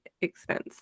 expense